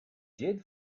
did